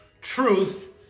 truth